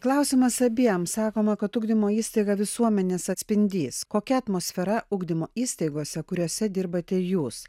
klausimas abiem sakoma kad ugdymo įstaiga visuomenės atspindys kokia atmosfera ugdymo įstaigose kuriose dirbate jūs